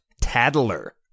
tattler